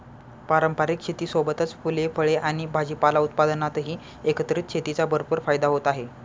पारंपारिक शेतीसोबतच फुले, फळे आणि भाजीपाला उत्पादनातही एकत्रित शेतीचा भरपूर फायदा होत आहे